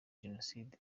jenoside